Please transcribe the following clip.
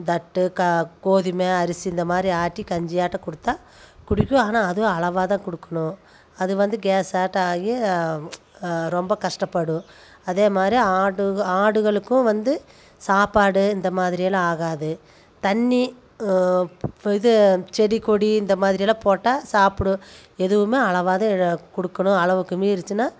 தட்டு கா கோதுமை அரிசி இந்த மாதிரி ஆட்டி கஞ்சியாட்டம் கொடுத்தா குடிக்கும் ஆனால் அதுவும் அளவாகதான் கொடுக்கணும் அது வந்து கேஸாட்டம் ஆகி ரொம்ப கஷ்டப்படும் அதே மாதிரி ஆடு ஆடுகளுக்கும் வந்து சாப்பாடு இந்த மாதிரியெலாம் ஆகாது தண்ணி இது செடி கொடி இந்த மாதிரியெலாம் போட்டால் சாப்பிடும் எதுவுமே அளவாகதான் கொடுக்கணும் அளவுக்கு மீறுச்சினால்